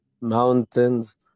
mountains